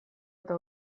eta